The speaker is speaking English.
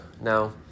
Now